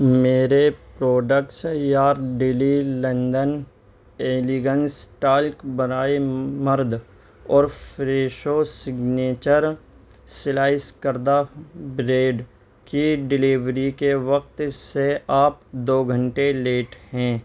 میرے products Yardley London elegance talc برائے مرد اور فریشو سگنیچر سلائس کردہ بریڈ کی ڈیلیوری کے وقت سے آپ دو گھنٹے لیٹ ہیں